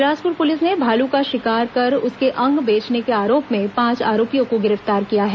Bilaspur police ने भालू का शिकार कर उसके अंग बेचने के आरोप में पांच आरोपियों को गिरफ्तार किया है